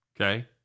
Okay